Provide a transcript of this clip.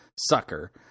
sucker